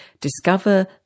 discover